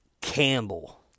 Campbell